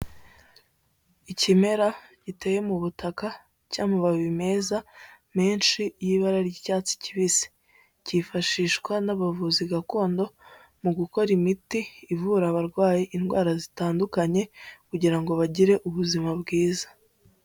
Ikimera giteye mu butaka cy'amababi meza menshi y'ibara ry'icyatsi kibisi, cyifashishwa n'abavuzi gakondo mu gukora imiti ivura abarwayi indwara zitandukanye kugira ngo bagire ubuzima bwiza.